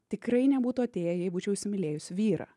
tikrai nebūtų atėję jei būčiau įsimylėjus vyrą